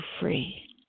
free